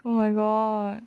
oh my god